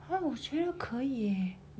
!huh! 我觉得可以 eh